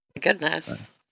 Goodness